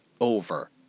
over